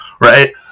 right